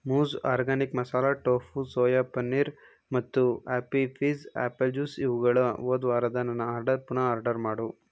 ಮೂಜ್ organic masala tofu soya paneer ಮತ್ತು Appy Fizz apple juice ಇವುಗಳ ಹೋದ್ ವಾರದ ನನ್ನ ಆರ್ಡರ್ ಪುನಃ ಆರ್ಡರ್ ಮಾಡು